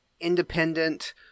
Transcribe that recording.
independent